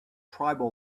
tribal